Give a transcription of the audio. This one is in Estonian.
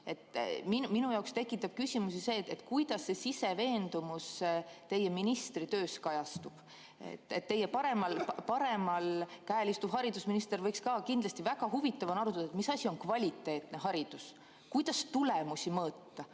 Minu jaoks tekitab küsimusi see, kuidas see siseveendumus teie ministritöös kajastub. Teie paremal käel istuv haridusminister võiks kindlasti öelda, et väga huvitav on arutada, mis asi on kvaliteetne haridus, kuidas tulemusi mõõta,